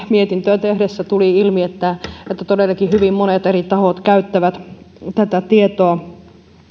mietintöä tehtäessä tuli ilmi että todellakin hyvin monet eri tahot käyttävät tietoa